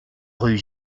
rue